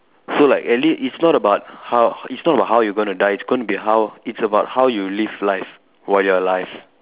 so like at least it's not about how it's not about how you going to die it's going to be how it's about how you live life while you're alive